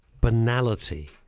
banality